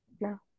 No